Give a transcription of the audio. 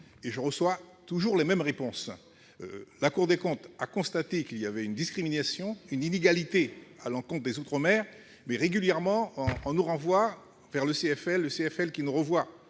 et je reçois toujours la même réponse. La Cour des comptes a constaté qu'il y avait une discrimination, une inégalité, à l'encontre des outre-mer. Mais régulièrement, on nous renvoie vers le CFL, lequel nous renvoie